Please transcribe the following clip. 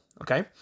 okay